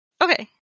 okay